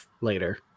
later